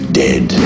dead